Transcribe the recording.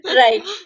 right